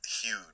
huge